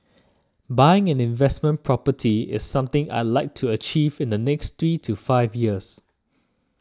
buying an investment property is something I'd like to achieve in the next three to five years